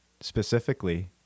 specifically